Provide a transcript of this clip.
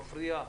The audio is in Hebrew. מפריע,